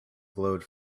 glowed